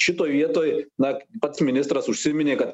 šitoj vietoj na pats ministras užsiminė kad